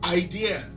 idea